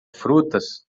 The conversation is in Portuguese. frutas